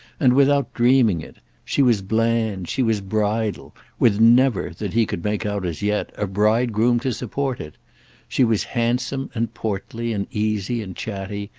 and without dreaming it she was bland, she was bridal with never, that he could make out as yet, a bridegroom to support it she was handsome and portly and easy and chatty,